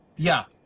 yeah.